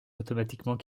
automatiquement